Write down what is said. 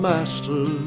Master